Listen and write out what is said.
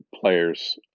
players